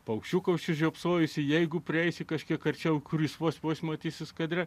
paukščiuką užsižiopsojusi jeigu prieisi kažkiek arčiau kuris vos vos matysis kadre